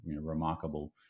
remarkable